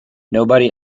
nobody